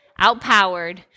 outpowered